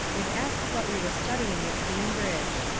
and asked what we were studying at cambridge.